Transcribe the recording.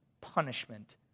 punishment